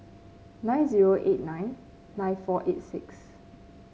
nine zero eight nine nine four eight six